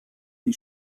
die